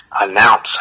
announce